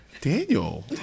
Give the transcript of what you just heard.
Daniel